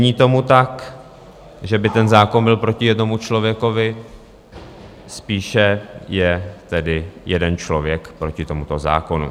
Není tomu tak, že by ten zákon byl proti jednomu člověkovi, spíše je tedy jeden člověk proti tomuto zákonu.